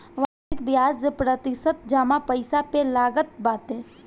वार्षिक बियाज प्रतिशत जमा पईसा पे लागत बाटे